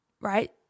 Right